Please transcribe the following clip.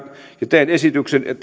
teen esityksen